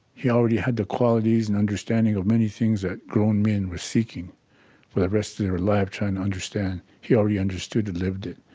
he already had the qualities and understanding of many things that grown men were seeking for the rest of their life trying to understand. he already understood and lived it.